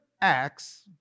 Acts